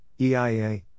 EIA